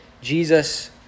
Jesus